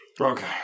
Okay